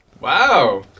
Wow